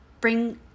bring